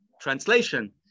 translation